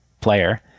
player